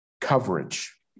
coverage